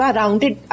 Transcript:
rounded